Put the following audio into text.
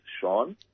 Sean